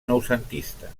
noucentista